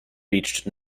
reached